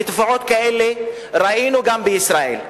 ותופעות כאלה ראינו גם בישראל.